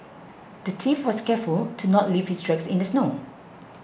the thief was careful to not leave his tracks in the snow